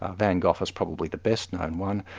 van gough is probably the best known one,